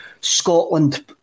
Scotland